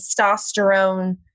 testosterone